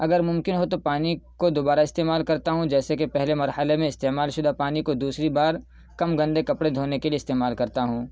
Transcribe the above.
اگر ممکن ہو تو پانی کو دوبارہ استعمال کرتا ہوں جیسے کی پہلے مرحلے میں استعمال شدہ پانی کو دوسری بار کم گندے کپڑے دھونے کے لئے استعمال کرتا ہوں